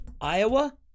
Iowa